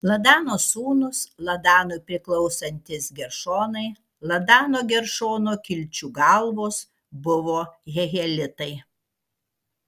ladano sūnūs ladanui priklausantys geršonai ladano geršono kilčių galvos buvo jehielitai